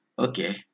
okay